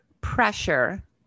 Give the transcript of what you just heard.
pressure